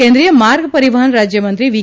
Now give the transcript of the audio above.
કેન્દ્રિય માર્ગપરિવહન રાજયમંત્રી વી